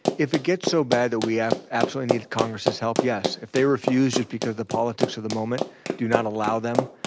if it gets so bad that we ah absolutely need congress's help, yes. if they refuse just because the politics of the moment do not allow them,